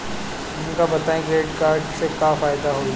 हमका बताई credit card से का फायदा होई?